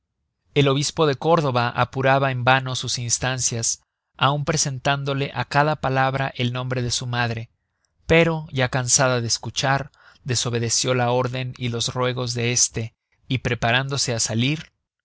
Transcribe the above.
el obispo de córdoba apuraba en vano sus instancias aun presentándole á cada palabra el nombre de su madre pero ya cansada de escuchar desobedeció la órden y los ruegos de este y preparándose á salir